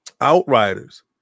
Outriders